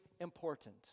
important